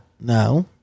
No